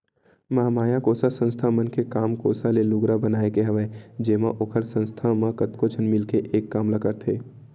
महामाया कोसा संस्था मन के काम कोसा ले लुगरा बनाए के हवय जेमा ओखर संस्था म कतको झन मिलके एक काम ल करथे